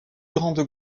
grandes